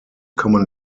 common